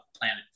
planet